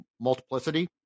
multiplicity